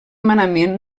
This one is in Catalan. manament